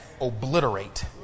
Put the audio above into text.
obliterate